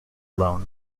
loan